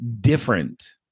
different